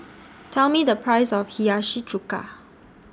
Tell Me The Price of Hiyashi Chuka